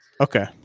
Okay